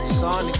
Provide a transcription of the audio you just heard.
son